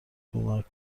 کمک